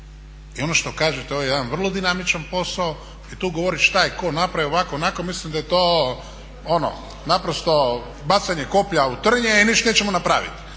I ono što kažete, ovo je jedan vrlo dinamičan posao i tu govoriti šta je tko napravio, ovako, onako, mislim da je to ono naprosto bacanje koplja u trnje i ništa nećemo napraviti.